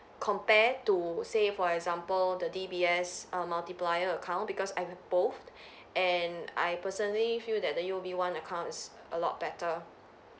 compare to say for example the D_B_S err multiplier account because I've both and I personally feel that the U_O_B one account is a lot better